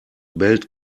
bellt